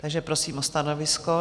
Takže prosím o stanovisko.